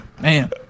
man